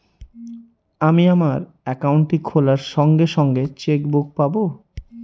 আমি আমার একাউন্টটি খোলার সঙ্গে সঙ্গে চেক বুক পাবো?